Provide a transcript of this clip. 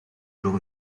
jours